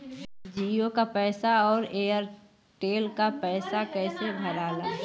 जीओ का पैसा और एयर तेलका पैसा कैसे भराला?